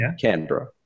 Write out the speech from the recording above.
canberra